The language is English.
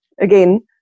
again